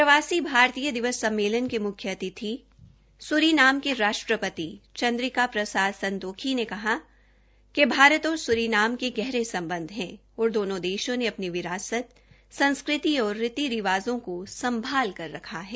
प्रवासी भारतीय दिवस सम्मेलन के मुख्य अतिथि सुरीनाम के राष्ट्रपति चंद्रिका प्रसाद संतोखी ने कहा कि भारत औश्र सुरीनाम के गहरे संबंध हैं और दोनो देशों ने अपनी विरासत संस्कृति और रीति रिवाजों को संभाल कर रखा है